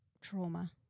trauma